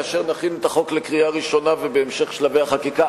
כאשר נכין את החוק לקריאה הראשונה ובהמשך שלבי החקיקה,